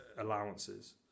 allowances